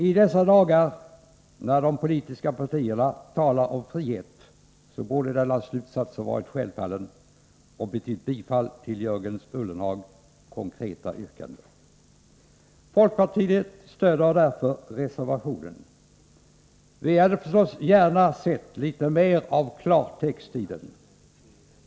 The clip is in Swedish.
I dessa dagar, när de politiska partierna talar om frihet, borde denna slutsats ha varit självklar och resulterat i ett tillstyrkande av Jörgen Ullenhags konkreta yrkande. Folkpartiet stöder reservationen. Vi hade förstås gärna sett litet mer av klartext i den.